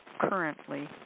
currently